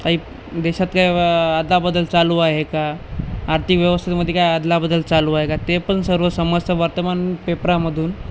काही देशात काय अदलाबदल चालू आहे का आर्थिक व्यवस्थेमध्ये काय अदलाबदल चालू आहे का ते पण सर्व समजत वर्तमान पेपरामधून